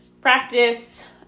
practice